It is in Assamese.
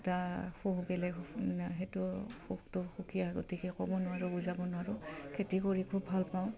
এটা সুখ বেলেগ সেইটো সুখটো সুকীয়া গতিকে ক'ব নোৱাৰোঁ বুজাব নোৱাৰোঁ খেতি কৰি খুব ভাল পাওঁ